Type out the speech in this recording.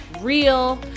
real